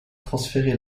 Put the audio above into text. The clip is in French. transféré